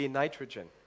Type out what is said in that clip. nitrogen